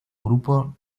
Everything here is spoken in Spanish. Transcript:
grupo